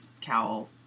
cowl